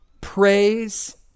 praise